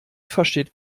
versteht